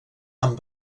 amb